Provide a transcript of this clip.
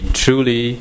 truly